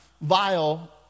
vile